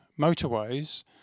motorways